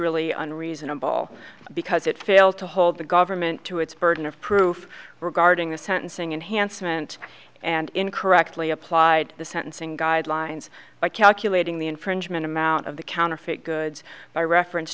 ally unreasonable because it failed to hold the government to its burden of proof regarding the sentencing and handsome and and incorrectly applied the sentencing guidelines by calculating the infringement amount of the counterfeit goods by reference